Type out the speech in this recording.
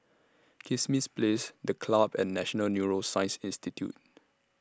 Kismis Place The Club and National Neuroscience Institute